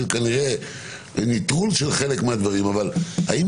שזה כנראה נטרול של חלק מהדברים האם